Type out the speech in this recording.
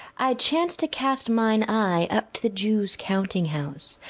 i chanced to cast mine eye up to the jew's counting-house,